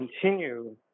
continue